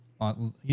on